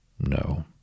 No